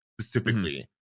specifically